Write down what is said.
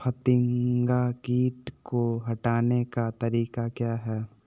फतिंगा किट को हटाने का तरीका क्या है?